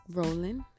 rolling